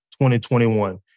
2021